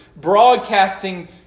broadcasting